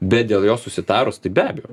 bet dėl jos susitarus tai be abejo